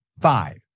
five